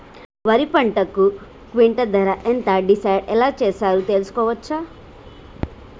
వరి పంటకు క్వింటా ధర ఎంత డిసైడ్ ఎలా చేశారు తెలుసుకోవచ్చా?